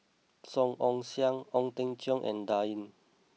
Song Ong Siang Ong Teng Cheong and Dan Ying